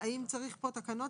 אם תמצאו לנו איזה ליקוי,